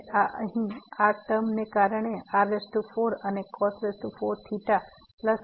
અને આ અહીં આ ટર્મને કારણે r4 અને હશે